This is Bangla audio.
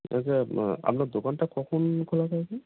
আচ্ছা আপনার দোকানটা কখন খোলা থাকে